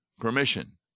permission